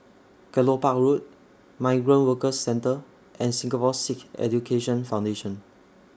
Kelopak Road Migrant Workers Centre and Singapore Sikh Education Foundation